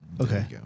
Okay